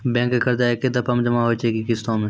Bank के कर्जा ऐकै दफ़ा मे जमा होय छै कि किस्तो मे?